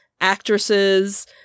actresses